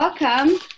Welcome